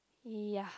ya